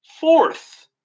fourth